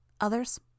Others